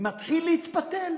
מתחיל להתפתל.